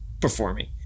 performing